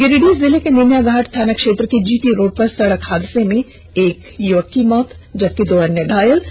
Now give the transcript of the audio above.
गिरिडीह जिले के निमियाघाट थाना क्षेत्र के जीटी रोड पर सड़क हादसे में एक युवक की मौत हो गई है जबकि दो अन्य लोग घायल हो गए